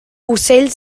ocell